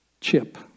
Chip